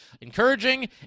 encouraging